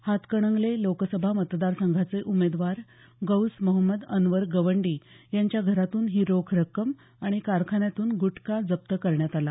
हातकणंगले लोकसभा मतदारसंघाचे उमेदवार गौस मोहम्मद अनवर गवंडी यांच्या घरातून ही रोख रक्कम आणि कारखान्यातून गुटखा जप्त करण्यात आला